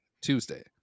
Tuesday